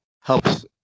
helps